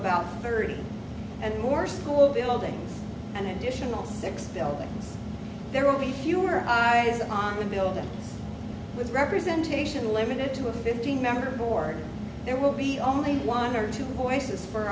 about thirty and more school buildings an additional six buildings there will be fewer days on the building with representation limited to a fifteen member board there will be only one or two voices for